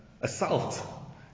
assault